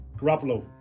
Garoppolo